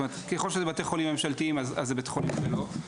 ככל שזה בתי חולים ממשלתיים אז זה בתי חולים שלו,